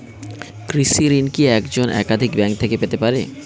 কৃষিঋণ কি একজন একাধিক ব্যাঙ্ক থেকে পেতে পারে?